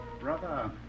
Brother